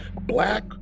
black